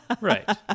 Right